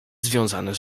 związane